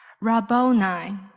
Rabboni